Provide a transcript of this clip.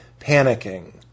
panicking